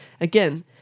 again